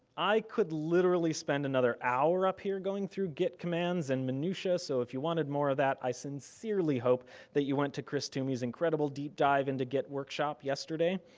i could literally spend another hour up here going through git commands an and minutia so if you wanted more of that i sincerely hope that you went to chris toomey's incredible deep dive into git workshop yesterday.